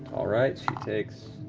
all right. she takes